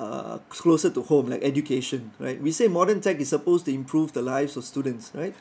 uh closer to home like education right we say modern tech is supposed to improve the lives of students right